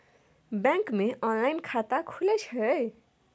Bank मे online खाता खुले छै?